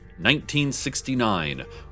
1969